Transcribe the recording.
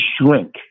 shrink